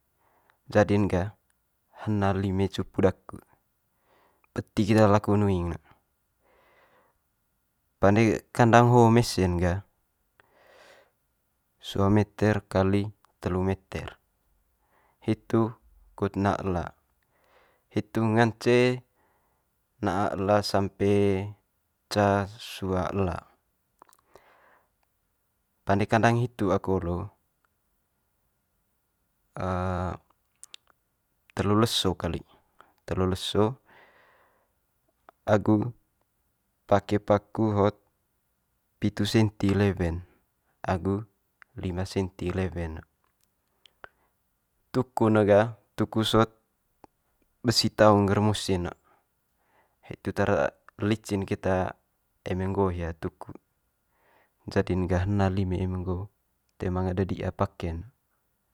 Jadi'n gah hena lime cupu daku beti keta laku nuing ne. Pande kandang ho mese'n gah sua meter kali telu meter hitu kut na ela. Hitu ngance na'a ela sampe ca sua ela. Pande kandang hitu aku olo telu leso kali, agu pake paku hot pitu senti lewe'n agu lima senti lewe'n ne. Tuku ne gah tuku sot besi taung ngger musi'n ne hitu tara licin keta eme nggo hia tuku, jadi'n gah hena lime eme nggo toe manga dedi'a pake'n.